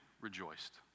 rejoiced